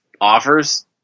offers